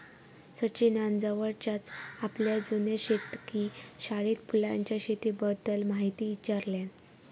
सचिनान जवळच्याच आपल्या जुन्या शेतकी शाळेत फुलांच्या शेतीबद्दल म्हायती ईचारल्यान